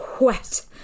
wet